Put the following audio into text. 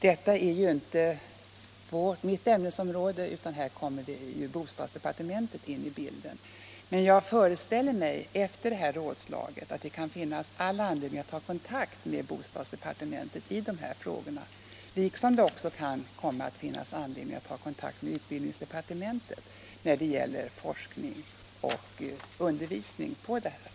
Detta är ju inte mitt ämnesområde, utan här kommer bostadsdepartementet in i bilden, men jag föreställer mig att det efter det här rådslaget kan finnas all anledning att ta kontakt med bostadsdepartementet i dessa frågor liksom det också kan komma att finnas anledning att ta kontakt med utbildningsdepartementet när det gäller forskning och undervisning på detta område.